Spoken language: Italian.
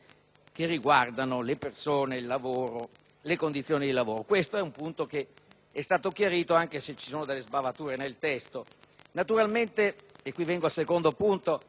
che riguardano le persone, il lavoro, le condizioni di lavoro. Questo è un punto che è stato chiarito, anche se nel testo sono presenti ancora delle sbavature. Naturalmente - e qui vengo al secondo punto